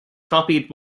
copied